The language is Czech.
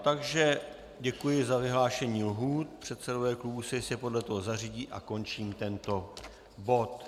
Takže děkuji za vyhlášení lhůt, předsedové klubů se jistě podle toho zařídí, a končím tento bod.